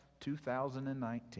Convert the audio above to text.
2019